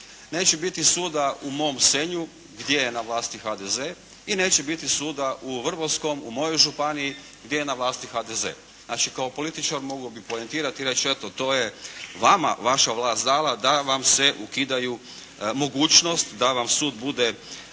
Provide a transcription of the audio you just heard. neće biti suda u mom Senju gdje je na vlasti HDZ i neće biti suda u Vrbovskom u mojoj županiji gdje je na vlasti HDZ. Znači kao političar mogao bi poentirati i reći, eto to je vama vaša vlast dala da vam se ukidaju mogućnost da vam sud bude